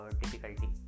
difficulty